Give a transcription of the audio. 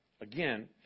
again